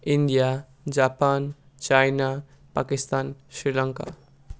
India Japan China Pakistan Sri Lanka